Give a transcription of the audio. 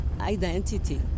identity